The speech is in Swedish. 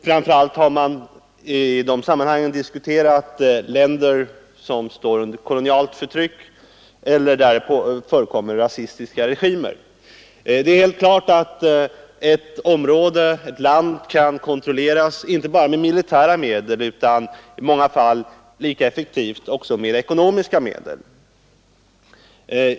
Framför allt har man i de sammanhangen diskuterat länder som står under kolonialt förtryck eller där det förekommer rasistiska regimer. Det är klart att ett land kan kontrolleras inte bara med militära medel utan också, och i många fall lika effektivt, med ekonomiska medel.